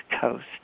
Coast